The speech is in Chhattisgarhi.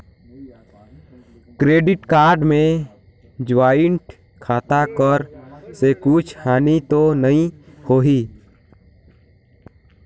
क्रेडिट कारड मे ज्वाइंट खाता कर से कुछ हानि तो नइ होही?